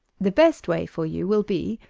the best way for you will be,